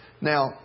Now